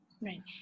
Right